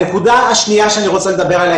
הנקודה השנייה שאני רוצה לדבר עליה,